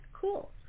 Cool